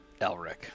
Elric